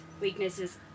weaknesses